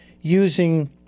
using